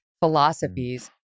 philosophies